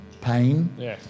pain